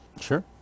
Sure